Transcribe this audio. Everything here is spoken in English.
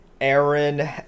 Aaron